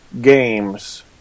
games